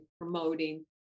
promoting